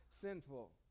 sinful